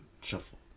Shuffle